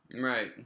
Right